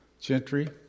Gentry